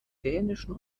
dänischen